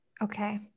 Okay